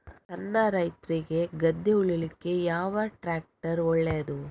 ಸಣ್ಣ ರೈತ್ರಿಗೆ ಗದ್ದೆ ಉಳ್ಳಿಕೆ ಯಾವ ಟ್ರ್ಯಾಕ್ಟರ್ ಒಳ್ಳೆದು?